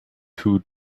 two